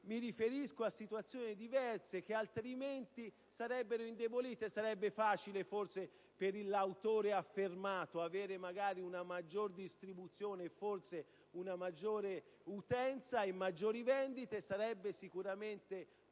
libri, a situazioni diverse che altrimenti sarebbero indebolite. Sarebbe facile, forse, per l'autore affermato avere una maggior distribuzione e forse maggior utenza e vendite, e sarebbe sicuramente